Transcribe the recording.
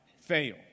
fail